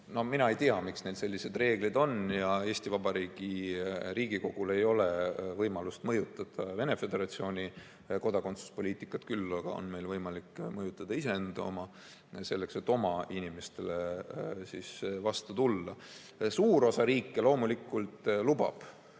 on. Mina ei tea, miks neil sellised reeglid on. Eesti Vabariigi Riigikogul ei ole võimalust mõjutada Venemaa Föderatsiooni kodakondsuspoliitikat, küll aga on meil võimalik mõjutada iseenda oma, et oma inimestele vastu tulla. Suur osa riike loomulikult lubab